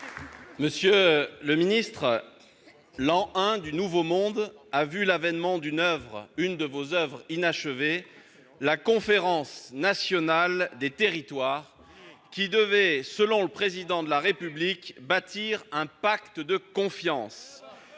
Monsieur le ministre, l'an I du nouveau monde a vu l'avènement d'une de vos oeuvres inachevées : la Conférence nationale des territoires, qui devait, selon le Président de la République, bâtir un pacte de confiance.